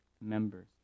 members